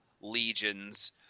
legions